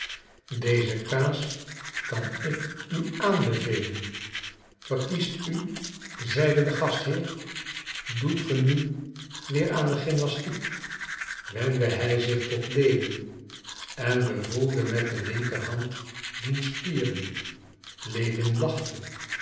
deze kaas kan ik u aanbevelen verkiest u zeide de gastheer doet ge nu weer aan de gymnastiek wendde hij zich tot lewin en bevoelde met de linkerhand diens spieren lewin lachte